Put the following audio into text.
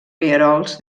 rierols